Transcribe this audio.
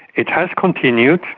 it has continued,